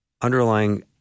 underlying